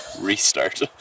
restart